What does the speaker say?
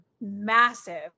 massive